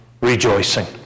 rejoicing